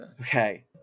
okay